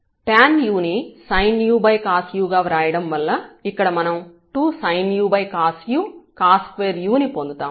tanu ని sinucosu గా వ్రాయడం వల్ల ఇక్కడ మనం 2sinucosu cos2u ని పొందుతాము